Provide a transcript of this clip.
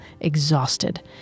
exhausted